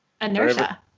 Inertia